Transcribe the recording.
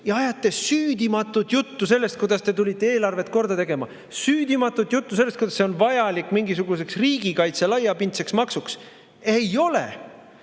ja ajate süüdimatut juttu sellest, kuidas te tulite eelarvet korda tegema, süüdimatut juttu sellest, kuidas see on vajalik mingisuguseks laiapindseks riigikaitseks! Ei ole!